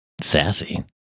sassy